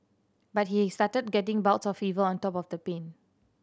but he started getting bouts of fever on top of the pain